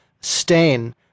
stain